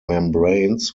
membranes